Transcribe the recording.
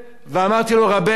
ואמרתי לו: רבנו,